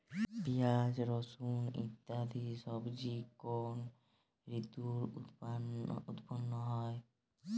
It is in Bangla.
পিঁয়াজ রসুন ইত্যাদি সবজি কোন ঋতুতে উৎপন্ন হয়?